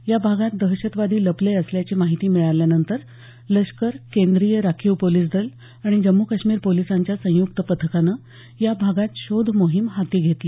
या भागात दहशतवादी लपले असल्याची माहिती मिळाल्यानंतर लष्कर केंद्रीय राखीव पोलिस दल आणि जम्मू कश्मीर पोलिसांच्या संयुक्त पथकानं या भागात शोध मोहीम हाती घेतली